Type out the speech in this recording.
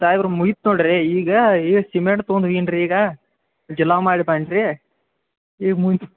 ಸಾಹೇಬರು ಮುಗಿತು ನೋಡ್ರಿ ಈಗ ಏ ಸಿಮೆಂಟ್ ತಗೊಂಡು ಹೋಗಿನ್ ರೀ ಈಗ ಮಾಡಿ ಬಂದಿ ಈಗ ಮುಗಿತು